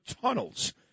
tunnels